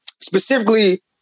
Specifically